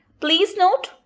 please note,